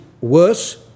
worse